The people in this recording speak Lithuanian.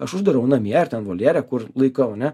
aš uždarau namie ar ten voljere kur laikau ane